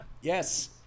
Yes